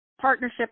partnership